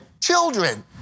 children